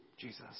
Jesus